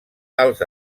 als